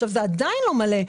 זה עדיין לא מלא.